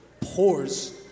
pours